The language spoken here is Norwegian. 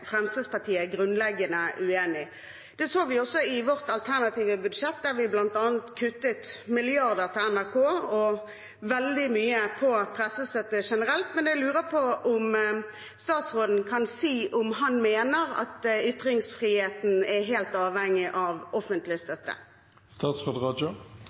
er Fremskrittspartiet grunnleggende uenig. Det ser man også i vårt alternative budsjett, der vi bl.a. har kuttet milliarder til NRK og veldig mye på pressestøtte generelt. Jeg lurer på om statsråden kan si om han mener at ytringsfriheten er helt avhengig av offentlig